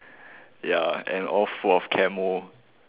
ya and all full of camo